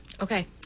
Okay